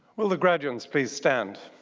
will the graduands please stand.